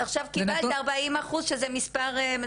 עכשיו קיבלת 40 אחוז שזה מספר,